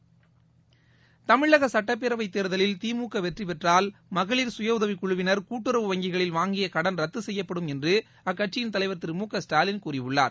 தமிழக சட்டப்பேரவைத் தேர்தலில் திமுக வெற்றிபெற்றால் மகளிர் சுய உதவிக் குழுவினர் கூட்டுறவு வங்கிகளில் வாங்கிய கடன் ரத்து செய்யப்படும் என்று அக்கட்சியின் தலைவர் திரு மு க ஸ்டாலின் கூறியுள்ளார்